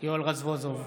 יואל רזבוזוב,